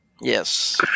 Yes